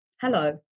Hello